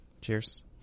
cheers